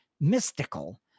mystical